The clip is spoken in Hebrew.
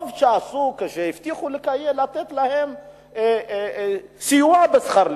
טוב עשתה כשהבטיחה לתת להם סיוע בשכר לימוד.